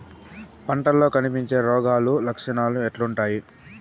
పంటల్లో కనిపించే రోగాలు లక్షణాలు ఎట్లుంటాయి?